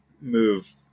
move